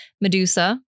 Medusa